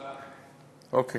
היושב-ראש, עמיתי חברי הכנסת, אדוני